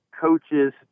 coaches